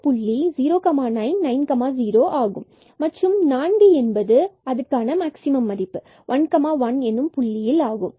11 இந்த புள்ளியில் 4 என்பது மற்றும் அதற்கான மதிப்பு ஆகும்